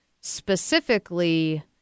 specifically